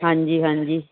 ਹਾਂਜੀ ਹਾਂਜੀ